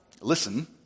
Listen